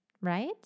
right